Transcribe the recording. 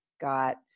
got